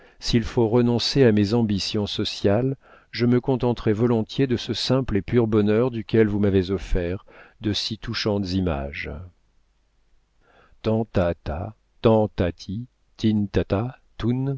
s'il faut renoncer à mes ambitions sociales je me contenterai volontiers de ce simple et pur bonheur duquel vous m'avez offert de si touchantes images tan ta ta